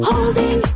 Holding